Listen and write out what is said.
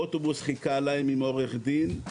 אוטובוס חיכה להם עם עורך דין,